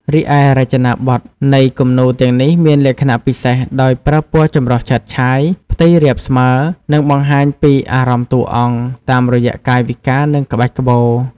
រីឯ រចនាប័ទ្មនៃគំនូរទាំងនេះមានលក្ខណៈពិសេសដោយប្រើពណ៌ចម្រុះឆើតឆាយ ផ្ទៃរាបស្មើ និងបង្ហាញពីអារម្មណ៍តួអង្គ តាមរយៈកាយវិការ និងក្បាច់ក្បូរ។